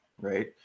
right